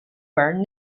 were